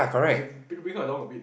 if you br~ bring her along a bit